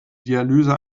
dialyse